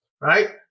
Right